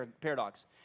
Paradox